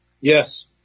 Yes